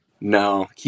No